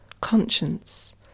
Conscience